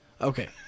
Okay